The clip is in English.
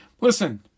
Listen